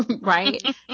Right